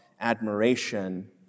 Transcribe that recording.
admiration